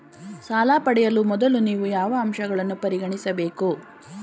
ಸಾಲ ಪಡೆಯುವ ಮೊದಲು ನೀವು ಯಾವ ಅಂಶಗಳನ್ನು ಪರಿಗಣಿಸಬೇಕು?